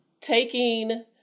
taking